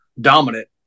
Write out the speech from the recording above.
Dominant